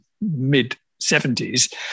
mid-70s